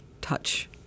touch